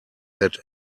that